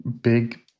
big